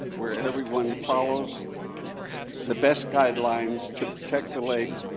where everyone follows the best guidelines to protect the lake,